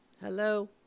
hello